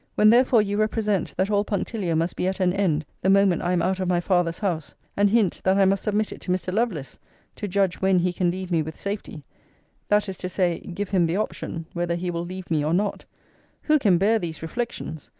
when therefore you represent, that all punctilio must be at an end the moment i am out of my father's house and hint, that i must submit it to mr. lovelace to judge when he can leave me with safety that is to say, give him the option whether he will leave me, or not who can bear these reflections,